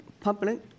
public